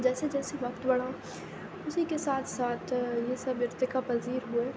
جیسے جیسے وقت بڑھا اُسی کے ساتھ ساتھ یہ سب ارتقا پذیر ہوئے